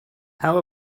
how